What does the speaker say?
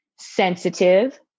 sensitive